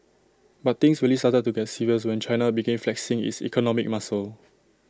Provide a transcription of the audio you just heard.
but things really started to get serious when China began flexing its economic muscle